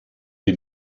die